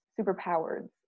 superpowers